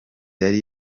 yari